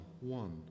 one